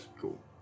Cool